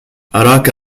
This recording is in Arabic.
أراك